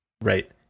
Right